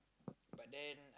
but then